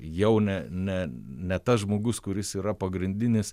jau ne ne ne tas žmogus kuris yra pagrindinis